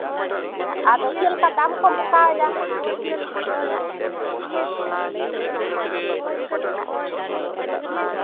ᱟᱫᱚ ᱪᱮᱫᱞᱮᱠᱟ ᱫᱟᱢ ᱠᱚᱢ ᱦᱟᱛᱟᱣᱫᱟ